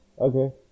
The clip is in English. Okay